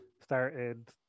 started